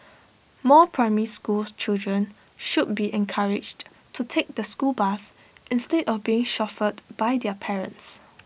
more primary school children should be encouraged to take the school bus instead of being chauffeured by their parents